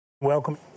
Welcome